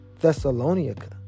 Thessalonica